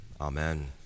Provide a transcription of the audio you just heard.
Amen